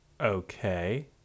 Okay